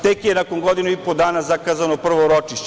Tek je nakon godinu i po dana zakazano prvo ročište.